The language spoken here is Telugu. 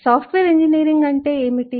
సాఫ్ట్వేర్ ఇంజనీరింగ్ అంటే ఏమిటి